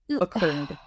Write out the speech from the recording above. occurred